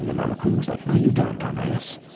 you know my recruiter was like, no, you don't, dumbass.